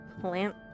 plant